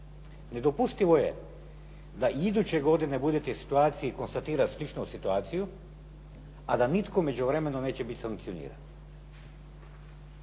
nedopustivo je da i iduće godine budete u situaciji konstatirati sličnu situaciju, a da nitko u međuvremenu neće biti sankcioniran.